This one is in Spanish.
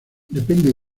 depende